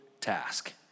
task